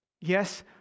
Yes